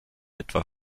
etwa